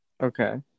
Okay